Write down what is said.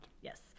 Yes